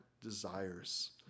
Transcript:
desires